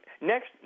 next